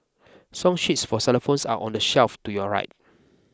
song sheets for xylophones are on the shelf to your right